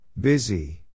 Busy